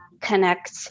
connect